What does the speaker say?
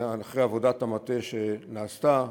אחרי עבודת המטה שנעשתה,